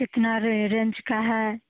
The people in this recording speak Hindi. कितना रेंज का है